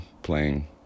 Playing